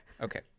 okay